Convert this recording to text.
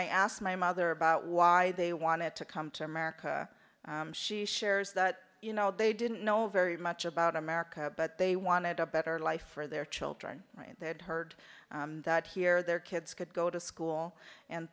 i asked my mother about why they wanted to come to america she shares that you know they didn't know very much about america but they wanted a better life for their children they had heard that here their kids could go to school and